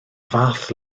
fath